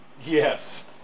Yes